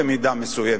במידה מסוימת,